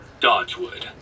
Dodgewood